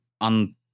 On